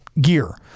gear